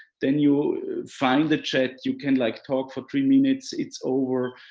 then you find the chat, you can like talk for three minutes, it's over.